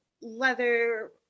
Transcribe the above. leather